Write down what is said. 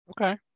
Okay